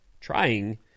trying